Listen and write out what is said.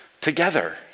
together